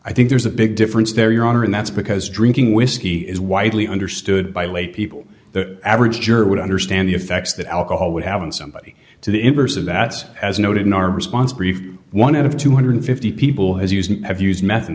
i think there's a big difference there your honor and that's because drinking whiskey is widely understood by lay people the average jury would understand the effects that alcohol would have in somebody to the inverse of that as noted in our response brief one out of two hundred and fifty people has used have used meth